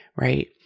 right